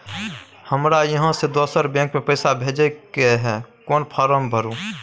हमरा इहाँ से दोसर बैंक में पैसा भेजय के है, कोन फारम भरू?